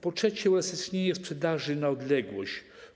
Po trzecie, u was istnieje sprzedaż na odległość.